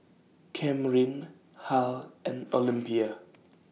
Camryn Harl and Olympia